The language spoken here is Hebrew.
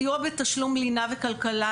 סיוע בתשלום לינה וכלכלה,